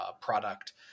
product